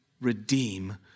redeem